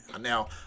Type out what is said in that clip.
Now